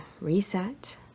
reset